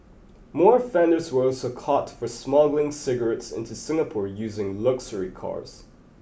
more offenders were also caught for smuggling cigarettes into Singapore using luxury cars